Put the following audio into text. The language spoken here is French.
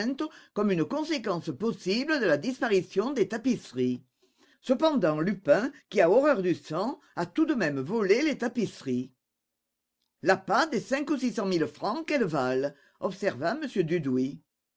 comme une conséquence possible de la disparition des tapisseries cependant lupin qui a horreur du sang a tout de même volé les tapisseries l'appât des cinq ou six cent mille francs qu'elles valent observa m dudouis